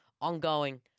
ongoing